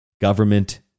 government